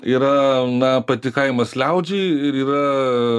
yra na patikaimas liaudžiai ir yra